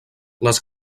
les